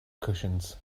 cushions